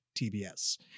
TBS